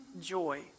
joy